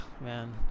man